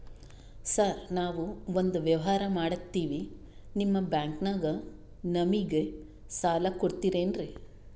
Sir ನಾವು ಒಂದು ವ್ಯವಹಾರ ಮಾಡಕ್ತಿವಿ ನಿಮ್ಮ ಬ್ಯಾಂಕನಾಗ ನಮಿಗೆ ಸಾಲ ಕೊಡ್ತಿರೇನ್ರಿ?